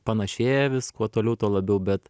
panašėja vis kuo toliau tuo labiau bet